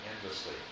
endlessly